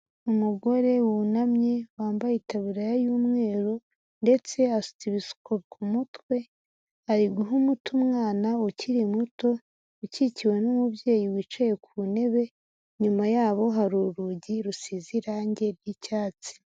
Umugore wunamye, wambaye itaburiya y'umweru ndetse asutse ibisuko ku mutwe, ari guha umuti umwana ukiri muto, ukikiwe n'umubyeyi wicaye ku ntebe, inyuma yabo hari urugi rusize irange ry'icyatsi.